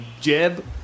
jeb